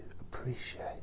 appreciate